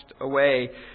away